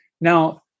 Now